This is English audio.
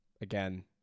again